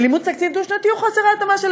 של אימוץ תקציב דו-שנתי הוא חוסר ההתאמה של